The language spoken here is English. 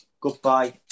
goodbye